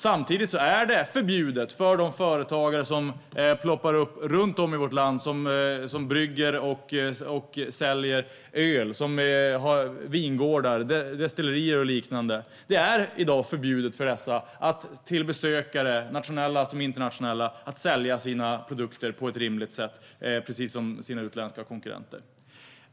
Samtidigt är det i dag förbjudet för de företagare som ploppar upp runt om i vårt land och som brygger och säljer öl, som har vingårdar, destillerier och liknande att till besökare, nationella såväl som internationella, sälja sina produkter på ett rimligt sätt precis som deras utländska konkurrenter kan göra.